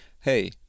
hey